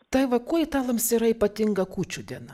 daiva kuo italams yra ypatinga kūčių diena